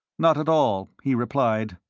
not at all, he replied.